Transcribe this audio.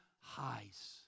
highs